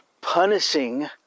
punishing